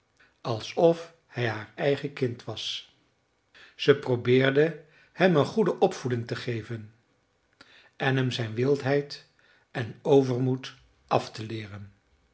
alsof hij haar eigen kind was ze probeerde hem een goede opvoeding te geven en hem zijn wildheid en overmoed af te leeren